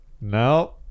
No